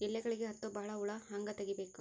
ಎಲೆಗಳಿಗೆ ಹತ್ತೋ ಬಹಳ ಹುಳ ಹಂಗ ತೆಗೀಬೆಕು?